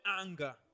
anger